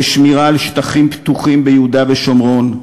לשמירה על שטחים פתוחים ביהודה ושומרון,